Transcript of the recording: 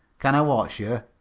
kin i watch ye?